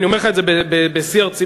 אני אומר לך את זה בשיא הרצינות,